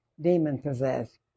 demon-possessed